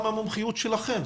לכאורה זו גם המומחיות שלכם.